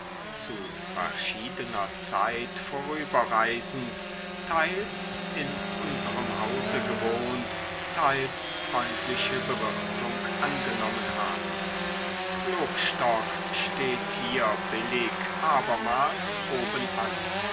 zu verschiedener zeit vorüberreisend teils in unserem hause gewohnt teils freundliche bewirtung angenommen haben klopstock steht hier billig abermals obenan